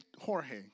Jorge